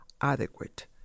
adequate